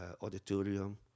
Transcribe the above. auditorium